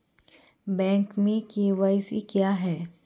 Bank में KYC क्या है?